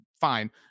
fine